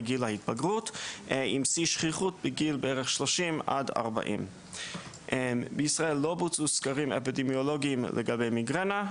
גיל ההתבגרות עם שיא שכיחות בגיל בערך 30 עד 40. בישראל לא בוצעו סקרים אפידמיולוגיים לגבי מיגרנה,